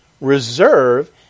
reserve